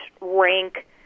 rank